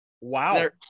wow